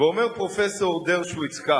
אומר פרופסור דרשוביץ כך: